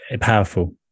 powerful